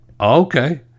okay